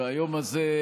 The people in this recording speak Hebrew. והיום הזה,